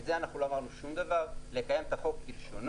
לזה לא אמרנו שום דבר, לקיים את החוק כלשונו.